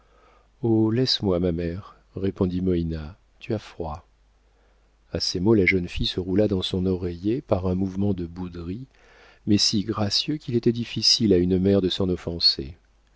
laisse-moi ma mère répondit moïna tu as froid a ces mots la jeune fille se roula dans son oreiller par un mouvement de bouderie mais si gracieux qu'il était difficile à une mère de s'en offenser